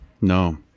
No